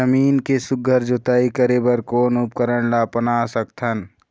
जमीन के सुघ्घर जोताई करे बर कोन उपकरण ला अपना सकथन?